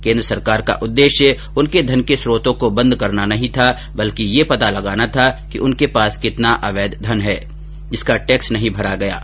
केन्द्र सरकार का उद्देश्य उनके धन के स्रोतों को बंद करना नहीं था बल्कि ये पता लगाना था कि उनके पास कितना अवैध धन है जिसका टैक्स नहीं भरा जा रहा है